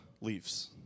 leaves